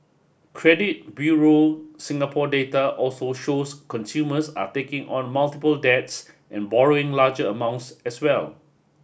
Credit Bureau Singapore data also shows consumers are taking on multiple debts and borrowing larger amounts as well